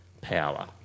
power